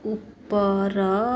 ଉପର